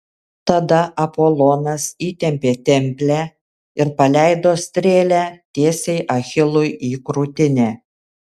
tada apolonas įtempė templę ir paleido strėlę tiesiai achilui į krūtinę